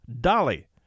Dolly